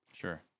Sure